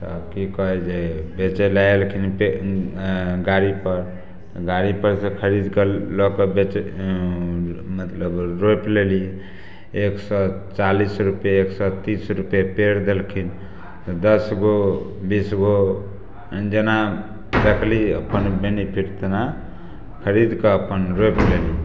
तऽ कि कहै जे बेचैलए अएलखिन गाड़ीपर तऽ गाड़ीपरसँ खरिदकऽ लऽ कऽ बेचै मतलब रोपि लेली एक सओ चालिस रुपैए एक सओ तीस रुपैए पेड़ देलखिन तऽ दसगो बीसगो जेना देखली अपन बेनीफिट तेना खरिदकऽ अपन रोपि लेली